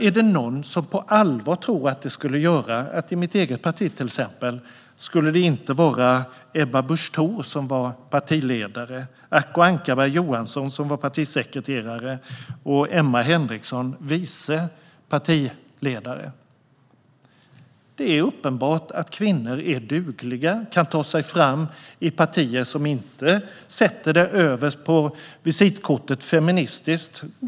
Är det någon som på allvar tror att det skulle innebära att det i till exempel mitt eget parti inte skulle vara Ebba Busch Thor som var partiledare, Acko Ankarberg Johansson som var partisekreterare och Emma Henriksson som var vice partiledare? Det är uppenbart att kvinnor är dugliga och kan ta sig fram i partier som inte sätter "feministiskt" överst på visitkortet.